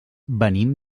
venim